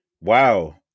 Wow